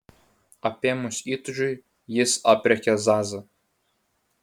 apėmus įtūžiui jis aprėkė zazą